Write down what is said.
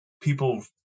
people